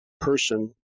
person